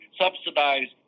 subsidized